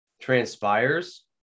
transpires